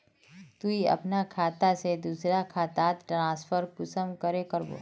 तुई अपना खाता से दूसरा खातात ट्रांसफर कुंसम करे करबो?